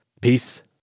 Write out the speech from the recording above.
Peace